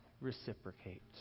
reciprocate